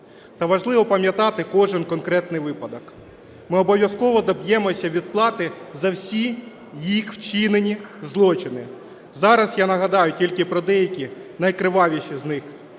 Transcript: Та важливо пам'ятати кожен конкретний випадок. Ми обов'язково доб'ємося відплати за всі їх вчинені злочини. Зараз я нагадаю тільки про деякі, найкривавіші з них.